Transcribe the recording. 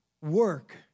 work